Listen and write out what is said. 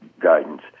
guidance